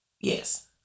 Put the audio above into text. Yes